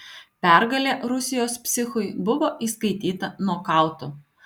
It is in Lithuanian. pergalė rusijos psichui buvo įskaityta nokautu